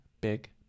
big